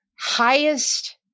Highest